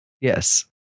Yes